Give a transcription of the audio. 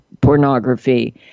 pornography